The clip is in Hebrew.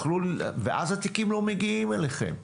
ואז התיקים לא יגיעו לנציבות שירות המדינה.